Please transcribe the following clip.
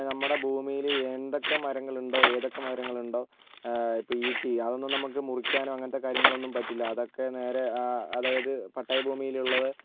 നമ്മുടെ ഭൂമിയിൽ എന്തൊക്കെ മരങ്ങളുണ്ടോ ഏതൊക്കെ മരങ്ങളുണ്ടോ ഇപ്പോൾ ഈട്ടി അതൊന്നും നമുക്ക് മുറിക്കാനോ അങ്ങനത്തെ കാര്യങ്ങളൊന്നും പറ്റില്ല അതൊക്കേ നേരെ ആ അതായത് പട്ടയ ഭൂമിയിലുള്ളത്